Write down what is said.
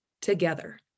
together